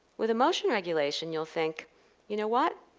with emotion regulation, you'll think you know what,